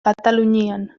katalunian